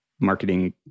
marketing